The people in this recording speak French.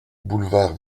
boulevard